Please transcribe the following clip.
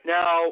Now